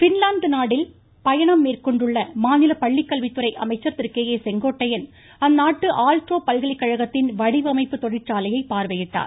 Finland நாட்டில் பயணம் மேற்கொண்டுள்ள மாநில பள்ளிக்கல்வித்துறை அமைச்சர் திரு கே ஏ செங்கோட்டையன் அந்நாட்டு ஆல்டோ பல்கலைக்கழகத்தின் வடிவமைப்பு தொழிற்சாலையை பார்வையிட்டார்